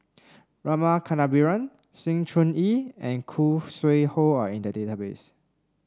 Rama Kannabiran Sng Choon Yee and Khoo Sui Hoe are in the database